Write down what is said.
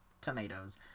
tomatoes